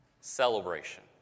Celebration